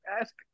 ask